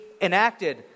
enacted